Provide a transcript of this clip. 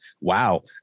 Wow